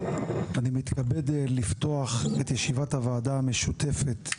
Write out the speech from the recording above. אני מתכבד לפתוח את ישיבת הוועדה המשותפת,